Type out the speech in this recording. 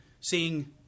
seeing